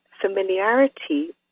familiarity